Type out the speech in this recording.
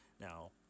Now